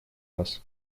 раз